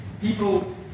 people